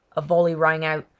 a volley rang out.